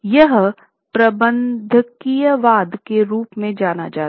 यह प्रबंधकीयवाद के रूप में जाना जाता है